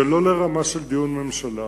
זה לא לרמה של דיון ממשלה.